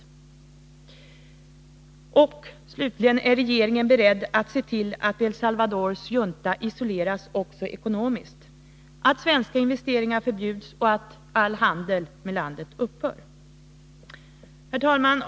Slutligen: Är reaktion mot utvecklingen i El regeringen beredd att se till att El Salvadors junta isoleras också ekonomiskt — att svenska investeringar förbjuds och att all handel med El Salvador upphör? Herr talman!